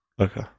Okay